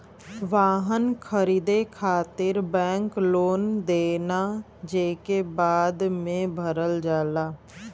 वाहन खरीदे खातिर बैंक लोन देना जेके बाद में भरल जाला